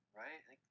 right